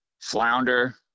Flounder